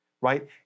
right